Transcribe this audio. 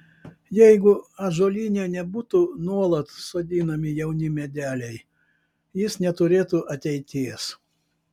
jeigu ąžuolyne nebūtų nuolat sodinami jauni medeliai jis neturėtų ateities